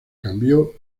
cambió